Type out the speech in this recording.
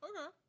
okay